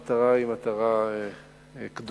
המטרה היא מטרה קדושה,